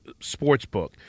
Sportsbook